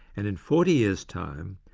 and in forty years time,